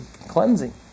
cleansing